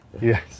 Yes